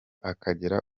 akagera